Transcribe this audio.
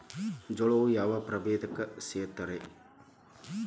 ಜೋಳವು ಯಾವ ಪ್ರಭೇದಕ್ಕ ಸೇರ್ತದ ರೇ?